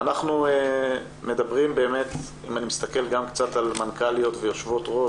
אם אני מסתכל גם קצת על מנכ"ליות ויושבות-ראש,